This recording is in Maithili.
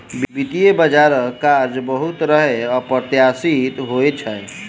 वित्तीय बजारक कार्य बहुत तरहेँ अप्रत्याशित होइत अछि